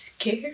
scared